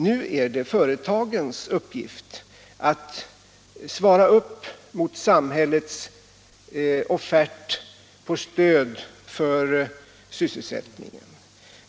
Nu är det företagens uppgift att svara upp mot samhällets offert och stöd för sysselsättningen.